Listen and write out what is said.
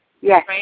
Yes